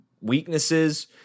weaknesses